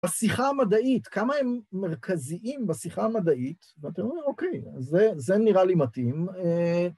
בשיחה המדעית, כמה הם מרכזיים בשיחה המדעית, ואתה אומר אוקיי, זה נראה לי מתאים.